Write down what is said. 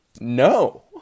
no